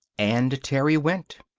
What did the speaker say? and terry went.